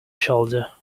shoulder